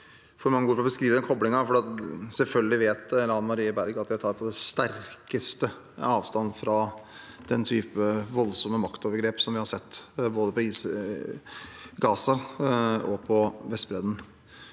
for mange ord til å beskrive denne koblingen, for selvfølgelig vet Lan Marie Berg at jeg på det sterkeste tar avstand fra den typen voldsomme maktovergrep som vi har sett både i Gaza og på Vestbredden.